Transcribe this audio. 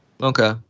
Okay